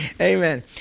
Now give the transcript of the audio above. Amen